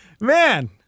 Man